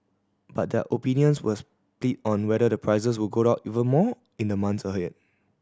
but their opinions were split on whether the prices would go up even more in the months ahead